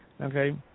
Okay